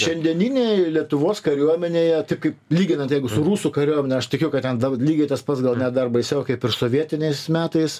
šiandieninėj lietuvos kariuomenėje kaip lyginat jeigu su rusų kariuomene aš tikiu kad ten lygiai tas pats gal net dar baisiau kaip ir sovietiniais metais